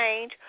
change